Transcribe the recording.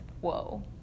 whoa